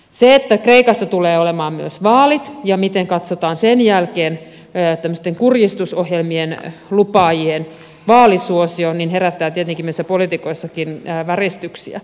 se että kreikassa tulee olemaan myös vaalit ja se miten katsotaan sen jälkeen tämmöisten kurjistusohjelmien lupaajien vaalisuosio herättää tietenkin meissä poliitikoissakin väristyksiä